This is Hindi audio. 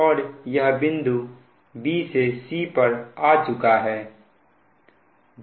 और यह बिंदु b से c पर आ चुका है